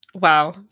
Wow